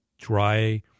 dry